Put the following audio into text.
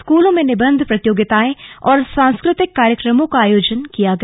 स्कूलों में निबंध प्रतियोगिताएं और सांस्कृतिक कार्यक्रमों का आयोजन किया गया